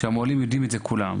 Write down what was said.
שהמוהלים יידעו כולם.